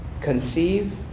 conceive